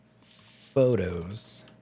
photos